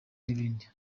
n’ibindi